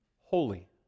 Holy